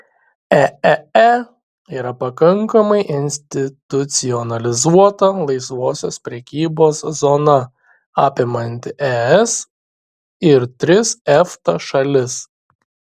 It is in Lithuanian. eee yra pakankamai institucionalizuota laisvosios prekybos zona apimanti es ir tris efta šalis